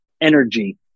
energy